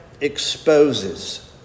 exposes